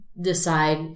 decide